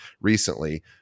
recently